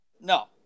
No